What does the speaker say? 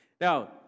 Now